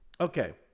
Okay